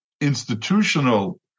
institutional